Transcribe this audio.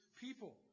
people